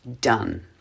done